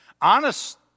honest